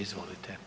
Izvolite.